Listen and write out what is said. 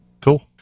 cool